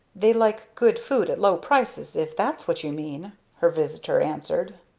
they like good food at low prices, if that's what you mean, her visitor answered.